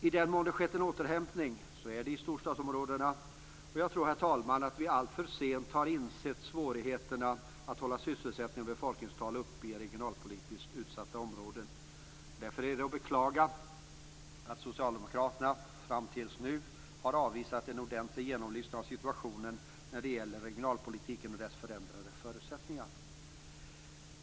I den mån det skett en återhämtning har det varit i storstadsområdena. Jag tror, herr talman, att vi alltför sent har insett svårigheterna att hålla sysselsättnings och befolkningstal uppe i regionalpolitiskt utsatta områden. Därför är det att beklaga att socialdemokraterna fram till nu har avvisat en ordentlig genomlysning av situationen när det gäller regionalpolitiken och dess förändrade förutsättningar.